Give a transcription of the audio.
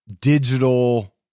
digital